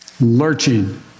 Lurching